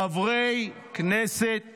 חברי כנסת נכבדים,